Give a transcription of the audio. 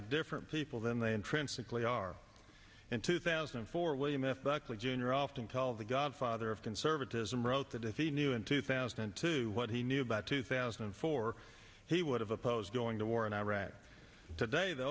a different people than they intrinsically are in two thousand and four william f buckley jr often called the godfather of conservatism wrote that if he knew in two thousand and two what he knew about two thousand and four he would have opposed going to war in iraq today the